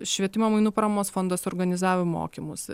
švietimo mainų paramos fondo suorganizavo mokymus